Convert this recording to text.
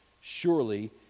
Surely